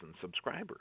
subscribers